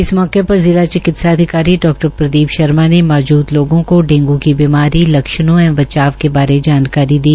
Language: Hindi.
इस मौके पर शि ला चिकित्सा अधिकारी डा प्रदीप शर्मा ने मौपूद लोगों को डेंगू की बीमारी लक्षणों एवं बचाव के बारे में ानकारी दी